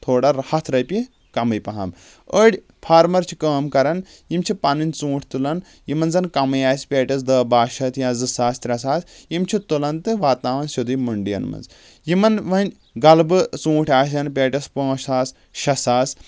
تھوڑا ہَتھ رۄپیہِ کمٕے پَہم أڈۍ فارمر چھِ کٲم کران یِم چھِ پَنٕنۍ ژوٗنٛٹھۍ تُلان یِمن زَن کَمٕے آسہِ پیٹیٚس دہ باہ شیٚتھ یا زٕ ساس تٛرےٚ ساس یِم چھِ تُلان تہٕ واتناوان سیٚودُے مٔنڈِین منٛز یِمن وۄنۍ غلبہٕ ژوٗنٛٹھۍ آسان پیٹیٚس پانٛژھ ساس شیٚے ساس